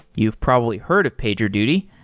you've probably heard of pagerduty.